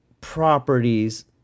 properties